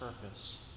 purpose